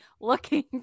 looking